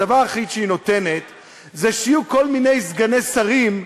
הדבר היחיד שהיא נותנת זה שיהיו כל מיני סגני שרים,